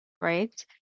right